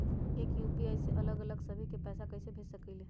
एक यू.पी.आई से अलग अलग सभी के पैसा कईसे भेज सकीले?